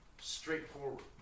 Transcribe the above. Straightforward